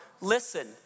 Listen